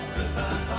Goodbye